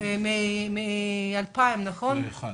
אדוני המנכ"ל, אתה בתפקידך מ-2001.